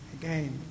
again